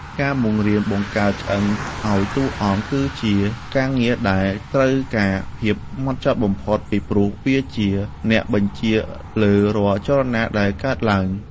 ការរៀនបង្កើតឆ្អឹងឱ្យតួអង្គគឺជាការងារដែលត្រូវការភាពហ្មត់ចត់បំផុត ពីព្រោះវាជាអ្នកបញ្ជាលើរាល់ចលនាដែលកើតឡើង។